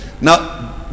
now